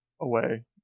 away